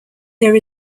there